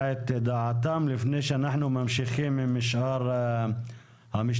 את דעתם לפני שאנחנו ממשיכים עם שאר המשתתפים.